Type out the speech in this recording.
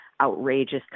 outrageous